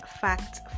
Fact